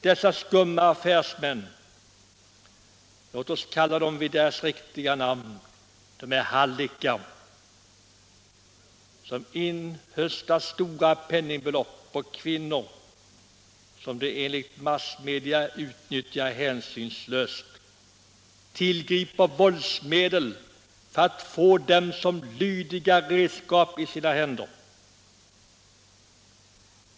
De skumma affärsmän, låt oss kalla dem vid deras rätta namn hallickar, som inhöstar stora penningbelopp på kvinnor som de enligt massmedia utnyttjar hänsynslöst, tillgriper våldsmedel för att få dessa kvinnor till lydiga redskap i sina händer.